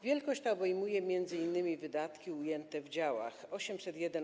Wielkość ta obejmuje m.in. wydatki ujęte w dziale 801: